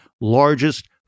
largest